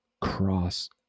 cross